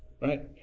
right